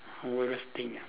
worst thing ah